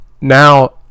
now